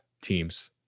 teams